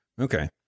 Okay